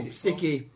sticky